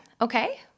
okay